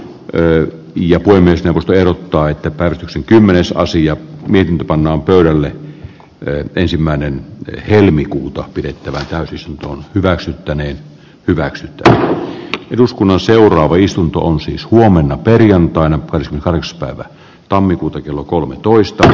eyn jakoi myös pelottaa että pää kämmenensä asia mihin pannaan pöydälle jo ensimmäinen helmikuuta pidettävän täytys hyväksyttäneen hyväksytty eduskunnan seuraava istunto on siis huomenna perjantaina kolmas päivä tammikuuta kello kolmetoista